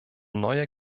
neue